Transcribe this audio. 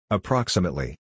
Approximately